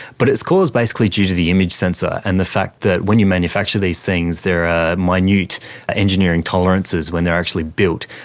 but it's caused basically due to the image sensor and the fact that when you manufacture these things there are minute ah engineering tolerances when they are actually built.